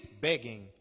Begging